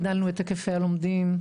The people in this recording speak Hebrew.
הגדלנו את היקפי הלומדים,